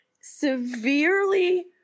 severely